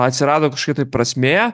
atsirado kažkokia tai prasmė